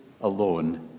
alone